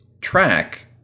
track